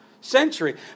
century